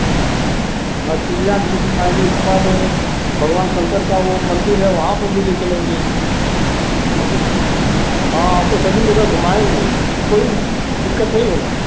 जी और चिड़िया घर दिखाएँगे उसके बाद ओ भगवान शंकर का वो मंदिर है वहाँ पर भी ले चलेंगे हाँ आपको हाँ आपको सभी जगह घुमाएँगे हमको कोई दिक्कत नहीं होगा